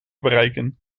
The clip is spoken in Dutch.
bereiken